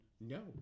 No